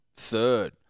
third